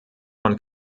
von